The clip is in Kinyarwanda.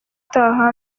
utaha